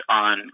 on